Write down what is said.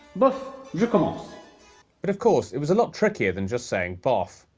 bof! je commence. but of course it was a lot trickier than just saying bof.